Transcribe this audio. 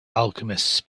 alchemists